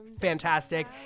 fantastic